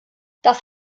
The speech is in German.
das